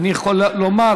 ואני יכול לומר,